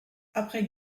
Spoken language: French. après